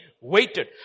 Waited